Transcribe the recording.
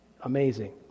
Amazing